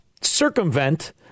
Circumvent